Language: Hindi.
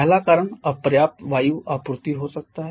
पहला कारण अपर्याप्त वायु आपूर्ति हो सकता है